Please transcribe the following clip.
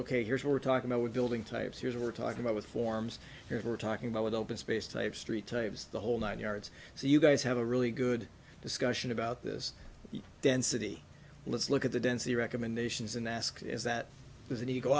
ok here's what we're talking about with building types here's we're talking about with forms here's we're talking about with open space type street types the whole nine yards so you guys have a really good discussion about this density let's look at the density recommendations and ask if that was an